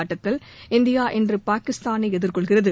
ஆட்டத்தில் இந்தியா இன்று பாகிஸ்தானை எதிர்கொள்கிறது